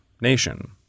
nation